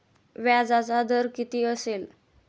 व्याजाचा दर किती असेल?